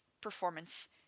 performance